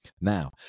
Now